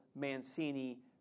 Mancini